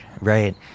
Right